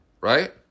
Right